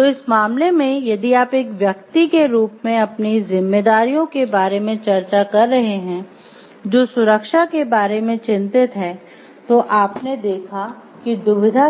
तो इस मामले में यदि आप एक व्यक्ति के रूप में अपनी जिम्मेदारियों के बारे में चर्चा कर रहे हैं जो सुरक्षा के बारे में चिंतित है तो आपने देखा कि दुविधा